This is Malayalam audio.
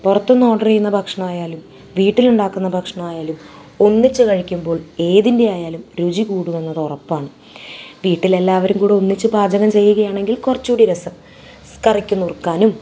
പുറത്ത് നിന്ന് ഓർഡർ ചെയ്യുന്ന ഭക്ഷണമായാലും വീട്ടിലുണ്ടാക്കുന്ന ഭക്ഷണമായാലും ഒന്നിച്ചു കഴിക്കുമ്പോൾ ഏതിൻ്റെ ആയായാലും രുചി കൂടുമെന്നത് ഉറപ്പാണ് വീട്ടിലെല്ലാവരും കൂടെ ഒന്നിച്ച് പാചകം ചെയ്യുകയാണെങ്കിൽ കുറച്ചും കൂടെ രസം കറിക്ക് നുറുക്കാനും